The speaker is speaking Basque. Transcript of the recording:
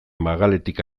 magaletik